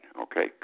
Okay